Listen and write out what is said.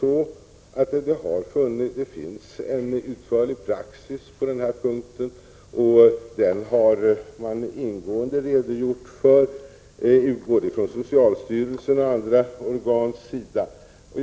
I det här fallet finns det en utförlig praxis som både socialstyrelsen och andra organ ingående har redogjort för.